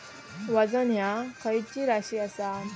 वजन ह्या खैची राशी असा?